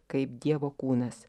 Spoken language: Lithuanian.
kaip dievo kūnas